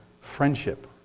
friendship